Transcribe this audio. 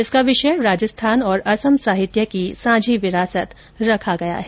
इसका विषय राजस्थान और असम साहित्य की सांझी विरासत रखा गया है